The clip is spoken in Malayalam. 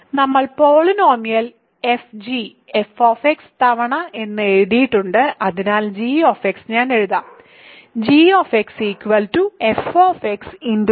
നമ്മൾ പോളിനോമിയൽ f g f തവണ എന്ന് എഴുതിയിട്ടുണ്ട് അതിനാൽ g ഞാൻ എഴുതാം g f